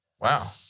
Wow